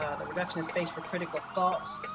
ah the reduction of space for critical thoughts,